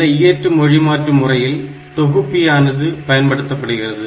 இந்த இயற்று மொழிமாற்றி முறையில் தொகுப்பியானது பயன்படுத்தப்படுகிறது